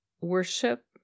worship